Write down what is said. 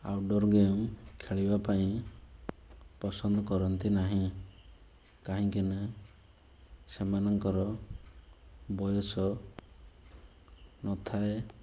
outdoor game ଖେଳିବା ପାଇଁ ପସନ୍ଦ କରନ୍ତି ନାହିଁ କାହିଁକି ନା ସେମାନଙ୍କର ବୟସ ନଥାଏ